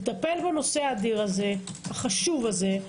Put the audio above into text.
לטפל בנושא האדיר והחשוב זה.